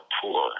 poor